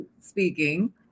speaking